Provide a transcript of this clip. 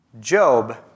Job